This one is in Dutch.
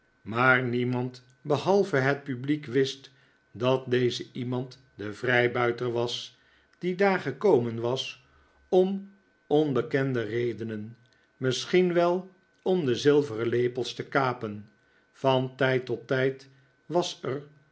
maar niemand behalve het publiek wist dat deze iemand de vrijbuiter was die daar gekomen was om onbekende redenen misschien wel om de zilveren lepels te kapen van tijd tot tijd was er